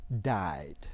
died